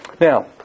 Now